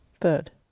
third